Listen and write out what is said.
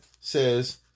says